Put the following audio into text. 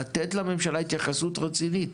לתת לממשלה התייחסות רצינית,